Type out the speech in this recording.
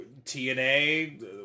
TNA